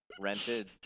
Rented